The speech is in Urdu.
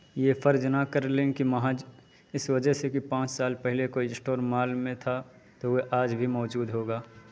یہ فرض نہ کرلیں کہ محض اس وجہ سے کہ پانچ سال پہلے کوئی اسٹور مال میں تھا تو وہ آج بھی موجود ہوگا